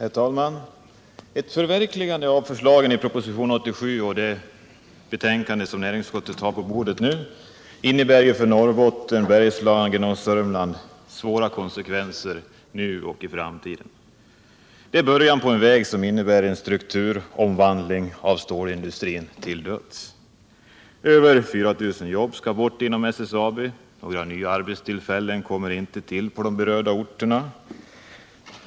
Herr talman! Ett förverkligande av förslagen i propositionen 87 och i det betänkande som nu ligger på bordet innebär ju för Norrbotten, Bergslagen och Södermanland svåra konsekvenser nu och i framtiden. Det är början på en väg som innebär en strukturomvandling av stålindustrin till döds. Över 4 000 jobb skall bort i SSAB, och några nya arbeten tillkommer inte på de berörda orterna.